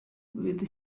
with